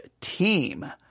team